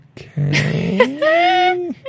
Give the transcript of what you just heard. Okay